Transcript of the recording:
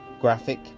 graphic